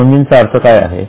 या नोंदीचा अर्थ काय आहे